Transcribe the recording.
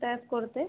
दस कुर्ते